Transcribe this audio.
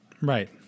Right